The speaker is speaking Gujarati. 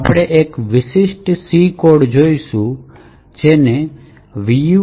આપણે એક વિશિષ્ટ C કોડ જોઈશું જેને vuln